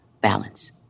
balance